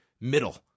middle